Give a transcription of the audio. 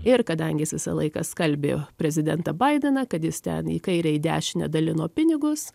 ir kadangi jis visą laiką skalbė prezidentą baideną kad jis ten į kairę į dešinę dalino pinigus